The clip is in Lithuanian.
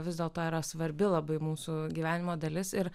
vis dėlto yra svarbi labai mūsų gyvenimo dalis ir